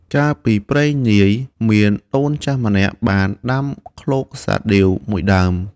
កាលពីព្រេងនាយ មានដូនចាស់ម្នាក់បានដាំឃ្លោកសាដៀវមួយដើម។